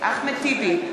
אחמד טיבי,